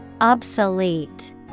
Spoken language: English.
Obsolete